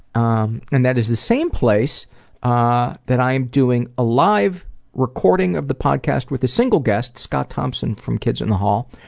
um and that is the same place ah that i am doing a live recording of the podcast with a single guest, scott thompson from kids in the hall.